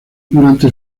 durante